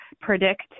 predict